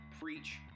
preach